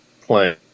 playing